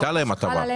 הייתה להם הטבה.